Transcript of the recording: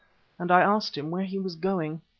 and i asked him where he was going.